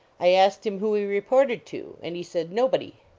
i asked him who he reported to, and he said, nobody.